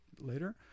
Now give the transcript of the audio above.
later